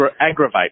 Aggravate